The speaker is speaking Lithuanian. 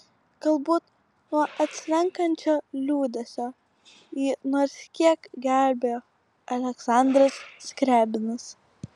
galbūt nuo atslenkančio liūdesio jį nors kiek gelbėjo aleksandras skriabinas